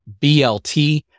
BLT